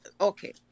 Okay